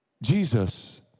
Jesus